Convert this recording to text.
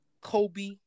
Kobe